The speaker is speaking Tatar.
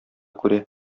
күрә